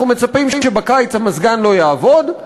אנחנו מצפים שבקיץ המזגן לא יעבוד?